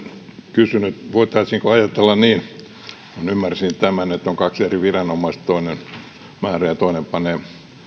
kysynyt voitaisiinko ajatella niin kuin ymmärsin tämän että on kaksi eri viranomaista toinen määrää ja toinen panee